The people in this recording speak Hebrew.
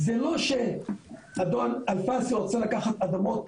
זה לא שאדון אלפסי רוצה לקחת אדמות